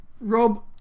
Rob